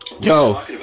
Yo